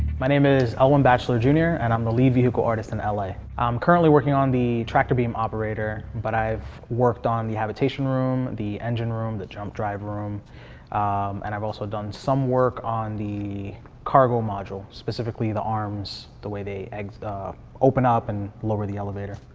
my name is elwin bachiller junior and i'm the lead vehicle artist in la. im currently working on the tractor beam operator, but i've worked on the habitation room, the engine room, the jump drive room and i've also done some work on the cargo module, specifically the arms the way they open up and lower the elevator.